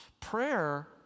Prayer